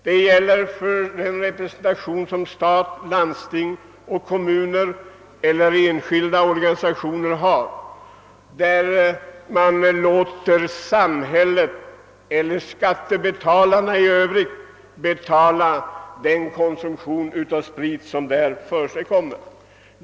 Detta gäller den representation, som stat, landsting, kommuner och enskilda företag och organisationer har, varigenom samhället, d.v.s. skattebetalarna, får bekosta den spritkonsumtion som äger rum.